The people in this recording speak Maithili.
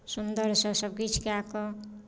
सुन्दरसँ सभकिछु कए कऽ